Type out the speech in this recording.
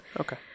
okay